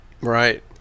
Right